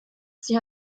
sie